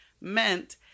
meant